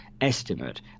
estimate